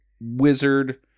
wizard